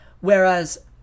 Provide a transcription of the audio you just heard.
Whereas